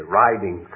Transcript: riding